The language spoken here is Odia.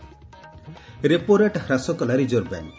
ରେପୋ ରେଟ୍ ହ୍ରାସ କଲା ରିଜର୍ଭ ବ୍ୟାଙ୍କ୍